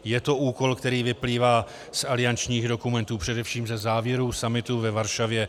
Je to úkol, který vyplývá z aliančních dokumentů, především ze závěrů summitu ve Varšavě.